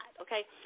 Okay